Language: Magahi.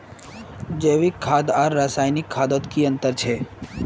जैविक खाद आर रासायनिक खादोत की अंतर छे?